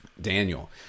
Daniel